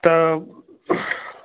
तो